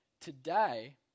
today